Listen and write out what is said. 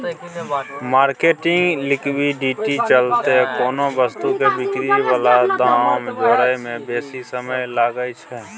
marketing liquidity चलते कोनो वस्तु के बिक्री बला दाम जोड़य में बेशी समय लागइ छइ